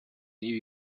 new